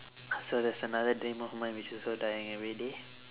so there's another dream of mine which also dying everyday